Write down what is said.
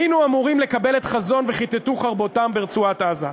היינו אמורים לקבל את חזון וכיתתו חרבותם ברצועת-עזה.